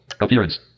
Appearance